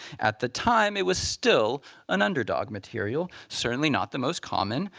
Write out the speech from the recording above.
at the time, it was still an underdog material. certainly not the most common.